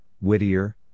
Whittier